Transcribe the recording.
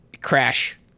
crash